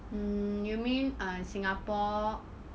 mm you mean err singapore